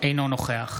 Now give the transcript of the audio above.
אינו נוכח